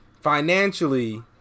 financially